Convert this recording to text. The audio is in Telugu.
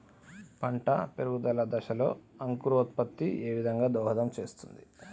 పంట పెరుగుదల దశలో అంకురోత్ఫత్తి ఏ విధంగా దోహదం చేస్తుంది?